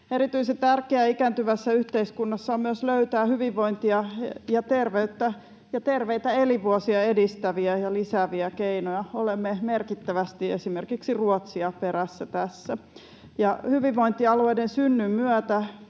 Erityisen tärkeää ikääntyvässä yhteiskunnassa on myös löytää hyvinvointia ja terveyttä ja terveitä elinvuosia edistäviä ja lisääviä keinoja. Olemme merkittävästi esimerkiksi Ruotsin perässä tässä. Toivon, että hyvinvointialueiden synnyn myötä